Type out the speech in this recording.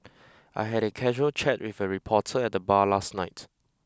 I had a casual chat with a reporter at the bar last night